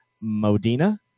Modena